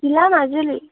জিলা মাজুলী